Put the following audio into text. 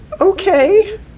Okay